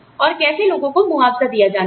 और कैसे लोगों को मुआवजा दिया जाना है